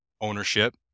ownership